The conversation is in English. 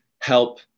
help